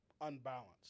unbalanced